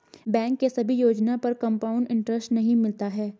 bank के सभी योजना पर कंपाउड इन्टरेस्ट नहीं मिलता है